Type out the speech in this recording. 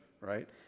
right